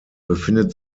befindet